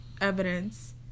evidence